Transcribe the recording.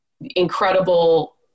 incredible